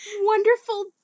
wonderful